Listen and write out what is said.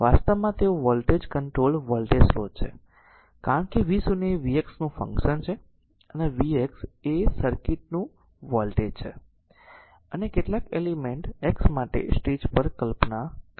તેથી આ વાસ્તવમાં તેઓ વોલ્ટેજ કંટ્રોલ્ડ વોલ્ટેજ સ્રોત છે કારણ કે v 0 એ vx નું ફંક્શન છે અને આ vx એ સર્કિટ નું વોલ્ટેજ છે અન્ય કેટલાક એલિમેન્ટ x માટે સ્ટેજ પર કલ્પના કરો